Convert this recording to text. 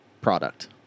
product